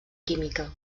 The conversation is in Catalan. química